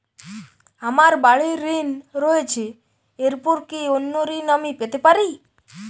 আমার বাড়ীর ঋণ রয়েছে এরপর কি অন্য ঋণ আমি পেতে পারি?